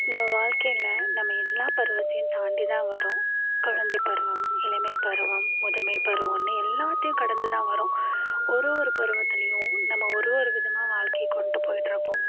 நம்ம வாழ்கையில நம்ம எல்லா பருவத்தையும் தாண்டி தான் வறோம் குழந்தை பருவம் இளமை பருவம் முதுமை பருவன்னு எல்லாத்தையும் கடந்து தான் வறோம் ஒரு ஒரு பருவத்திலயும் நம்ம ஒரு ஒரு விதமாக வாழ்கையை கொண்டு போய்ட்டு இருப்போம்